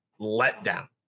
letdown